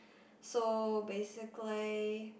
so basically